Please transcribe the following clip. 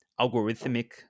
algorithmic